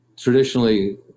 Traditionally